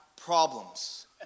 problems